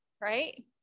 right